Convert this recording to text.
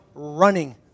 running